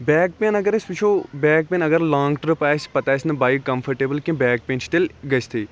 back pain اگر أسۍ وٕچھو بیک پین اگر لانٛگ ٹرپ آسہِ پَتہٕ آسہِ نہٕ بایک کَمفٲٹیبٕل کینٛہہ بیک پین چھِ تیٚلہِ گٔستھٕے